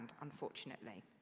unfortunately